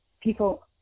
people